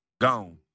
Gone